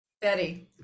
Betty